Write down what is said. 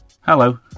Hello